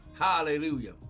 Hallelujah